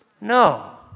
No